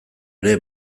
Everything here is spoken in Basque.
ere